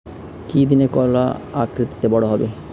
কি দিলে কলা আকৃতিতে বড় হবে?